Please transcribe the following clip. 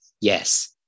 yes